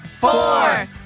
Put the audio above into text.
four